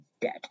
dead